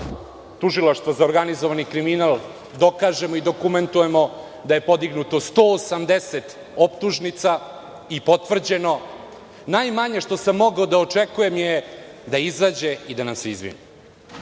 Tužilaštva za organizovani kriminal dokažemo i dokumentujemo da je podignuto 180 optužnica i potvrđeno. Najmanje što sam mogao da očekujem je da izađe i da nam se izvini,